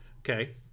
Okay